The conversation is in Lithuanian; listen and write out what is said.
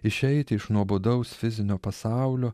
išeiti iš nuobodaus fizinio pasaulio